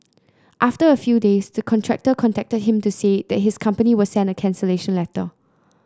after a few days the contractor contacted him to say that his company will send a cancellation letter